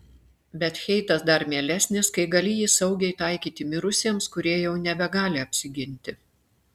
bet heitas dar mielesnis kai gali jį saugiai taikyti mirusiems kurie jau nebegali apsiginti